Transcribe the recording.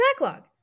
backlog